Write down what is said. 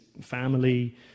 family